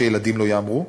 שילדים לא יהמרו.